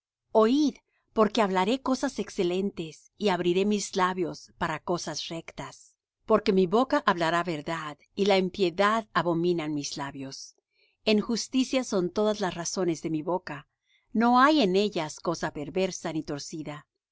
oid porque hablaré cosas excelentes y abriré mis labios para cosas rectas porque mi boca hablará verdad y la impiedad abominan mis labios en justicia son todas las razones de mi boca no hay en ellas cosa perversa ni torcida